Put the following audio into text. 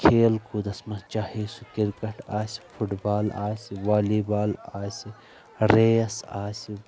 اتھ کھیل کوٗدس منٛز چاہے سُہ کِرکٹ آسہِ فٹبال آسہِ والی بال آسہِ ریٛس آسہِ